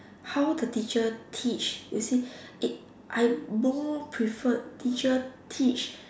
how the teacher teach you see it I more prefer teacher teach